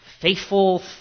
Faithful